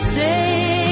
Stay